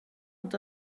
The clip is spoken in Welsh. ond